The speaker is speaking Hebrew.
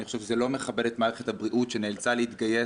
אני חושב שזה לא מכבד את מערכת הבריאות שנאלצה להתגייס